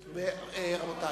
תודה.